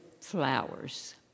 flowers